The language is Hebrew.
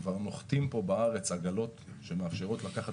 כבר נוחתות פה בארץ עגלות שמאפשרות לקחת